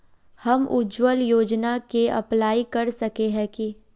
हम उज्वल योजना के अप्लाई कर सके है की?